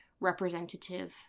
representative